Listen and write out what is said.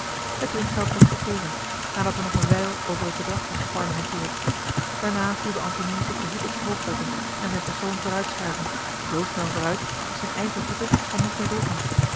het drinkgeld werd gegeven nadat er nog eene wijl over het bedrag was geparlementeerd daarna voelde antony zich den hoed op het hoofd drukken en zijn persoon vooruitschuiven zoo snel vooruit of zijn eigen voeten hem niet meer